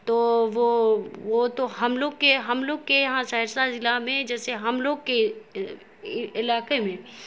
تو وہ وہ تو ہم لوگ کے ہم لوگ کے یہاں سہرسہ ضلع میں جیسے ہم لوگ کے علاقے میں